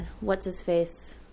what's-his-face